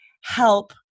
help